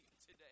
today